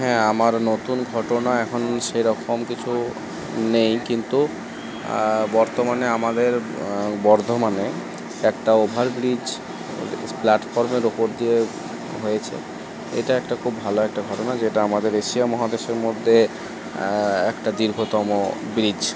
হ্যাঁ আমার নতুন ঘটনা এখন সেরকম কিছু নেই কিন্তু বর্তমানে আমাদের বর্ধমানে একটা ওভার ব্রিজ প্ল্যাটফর্মের ওপর দিয়ে হয়েছে এটা একটা খুব ভালো একটা ঘটনা যে এটা আমাদের এশিয়া মহাদেশের মধ্যে একটা দীর্ঘতম ব্রিজ